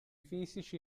fisici